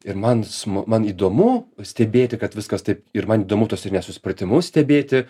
ir man sma man įdomu stebėti kad viskas taip ir man įdomu tuos ir nesusipratimus stebėti